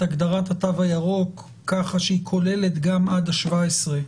הגדרת התו הירוק ככה שהיא כוללת גם עד ה-17,